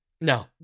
No